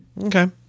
Okay